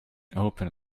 open